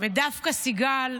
ודווקא סיגל,